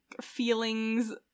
feelings